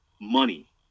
money